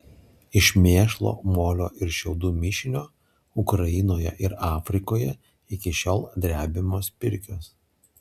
iš mėšlo molio ir šiaudų mišinio ukrainoje ir afrikoje iki šiol drebiamos pirkios